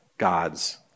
God's